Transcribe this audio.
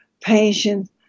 patience